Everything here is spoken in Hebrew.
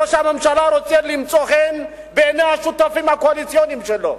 ראש הממשלה רוצה למצוא חן בעיני השותפים הקואליציוניים שלו.